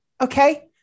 okay